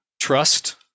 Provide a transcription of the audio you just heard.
trust